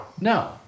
No